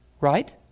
Right